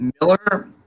Miller –